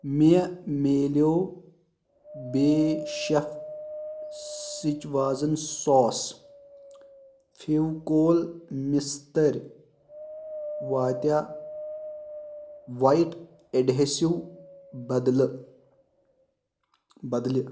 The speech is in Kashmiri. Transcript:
مےٚ ملیو بے شٮ۪ف شٕچوازن سوس فیویٖکول مِستٔر واتیا وایٹ اٮ۪ڈہٮ۪سِو بدلہٕ